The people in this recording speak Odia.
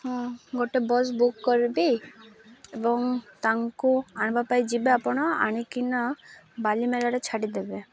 ହଁ ଗୋଟେ ବସ୍ ବୁକ୍ କରିବି ଏବଂ ତାଙ୍କୁ ଆଣବା ପାଇଁ ଯିବେ ଆପଣ ଆଣିକିନା ବାଲିମେଳାରେ ଛାଡ଼ିଦେବେ